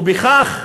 ובכך,